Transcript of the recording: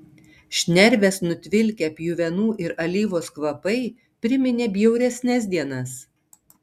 šnerves nutvilkę pjuvenų ir alyvos kvapai priminė bjauresnes dienas